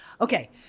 Okay